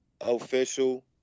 official